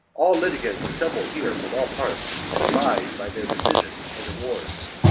all litigants assemble here from all parts and abide by their decisions and awards.